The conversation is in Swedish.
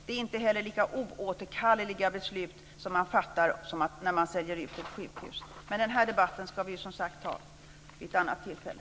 Det är heller inte fråga om lika oåterkalleliga beslut som när man säljer ut ett sjukhus men den debatten ska vi, som sagt, ha vid ett annat tillfälle.